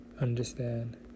Understand